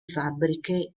fabbriche